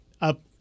up